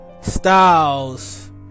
styles